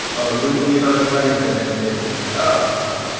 oh, you wouldn't believe how many weddings i've been to. and it's like, oh, like,